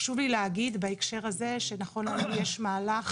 חשוב לי להגיד בהקשר הזה, שנכון לנו יש מהלך